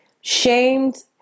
shamed